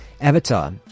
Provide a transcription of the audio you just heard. Avatar